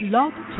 Love